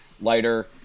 lighter